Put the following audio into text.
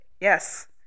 Yes